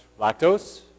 lactose